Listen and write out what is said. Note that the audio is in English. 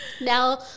Now